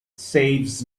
saves